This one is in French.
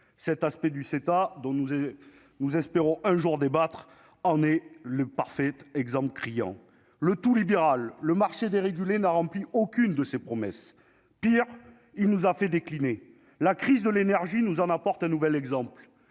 cet aspect du CETA, dont nous, et nous espérons un jour débattre en est le parfait exemple criant le tout libéral le marché dérégulé n'a rempli aucune de ses promesses, pire, il nous a fait décliner la crise de l'énergie, nous en apporte un nouvel exemple